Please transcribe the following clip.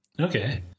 Okay